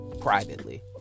privately